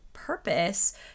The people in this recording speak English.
purpose